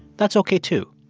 that's ok, too.